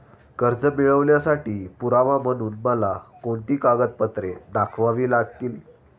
कर्ज मिळवण्यासाठी पुरावा म्हणून मला कोणती कागदपत्रे दाखवावी लागतील?